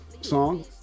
song